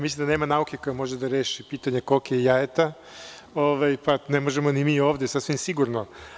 Mislim da nema nauke koja može da reši pitanje koke i jajeta, pa ne možemo ni mi ovde sasvim sigurno.